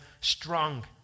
strong